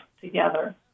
together